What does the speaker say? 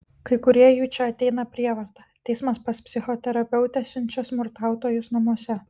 kai kurie jų čia ateina prievarta teismas pas psichoterapeutę siunčia smurtautojus namuose